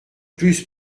plus